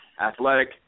Athletic